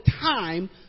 time